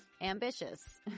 ambitious